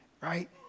right